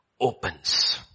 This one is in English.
opens